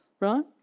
right